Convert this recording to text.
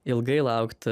ilgai laukti